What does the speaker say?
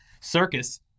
circus